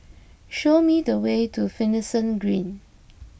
show me the way to Finlayson Green